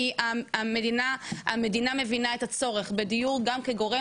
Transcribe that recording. כי המדינה מבינה א הצורך בדיור גם כגורם